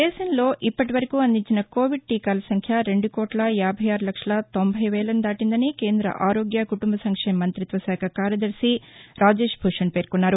దేశంలో ఇప్పటివరకు అందించిన కోవిడ్ టీ కాల సంఖ్య రెండు కోట్ల యాభై ఆరు లక్షల తొంభై వేలను దాటిందని కేంద్ర ఆరోగ్య కుటుంబ సంక్షేమ మంతిత్వ శాఖ కార్యదర్శి రాజేష్ భూషణ్ పేర్కొన్నారు